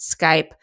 Skype